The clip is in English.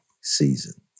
season